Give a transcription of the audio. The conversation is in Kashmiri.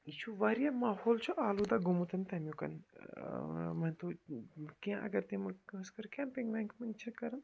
یہِ چھُ وارِیاہ ماحول چھُ آلوٗدا گوٚمُت تَمیُک وَنہِ توتہِ کیٚنٛہہ اگر تَمیُک کٲنٛسہِ کٔر کیمپِنٛگ چھِ کَران